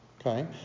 okay